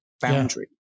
boundary